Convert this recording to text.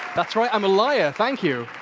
that's right, i'm a liar! thank you!